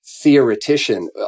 theoretician